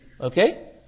Okay